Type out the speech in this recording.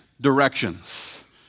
directions